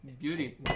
Beauty